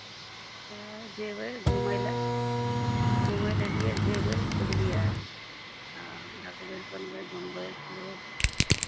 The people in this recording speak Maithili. तऽ जेबै घुमय लेल घुमय लेल एलियै जेबै बुझलियै हँ देखबै सुनबै घुमबै फिरबै